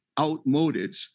outmoded